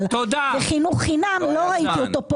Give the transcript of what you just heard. גם חינוך חינם לא ראיתי פה בתקציב.